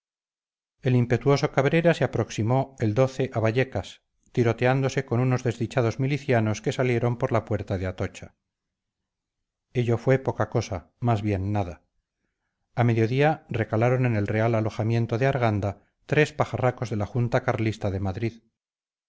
el impetuoso cabrera se aproximó el a vallecas tiroteándose con unos desdichados milicianos que salieron por la puerta de atocha ello fue poca cosa más bien nada al mediodía recalaron en el real alojamiento de arganda tres pajarracos de la junta carlista de madrid